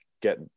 get